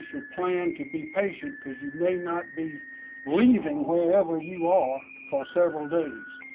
should plan to be patient because you may not be leaving wherever you are for several days.